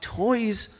toys